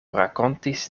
rakontis